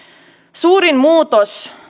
suurin muutos